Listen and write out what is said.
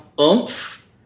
oomph